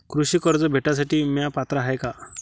कृषी कर्ज भेटासाठी म्या पात्र हाय का?